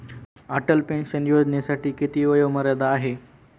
Atal pension योजनेसाठी किती वयोमर्यादा आहे?